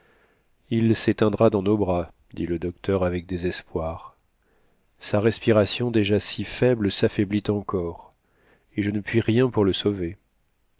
il séteindra dans nos bras dit le docteur avec désespoir sa respiration déjà si faible s'affaiblit encore et je ne puis rien pour le sauver